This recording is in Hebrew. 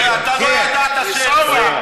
הרי אתה לא ידעת שאין שר.